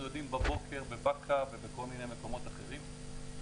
יודעים בבוקר בבקעא ובכל מיני מקומות אחרים.